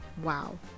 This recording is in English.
Wow